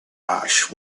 ash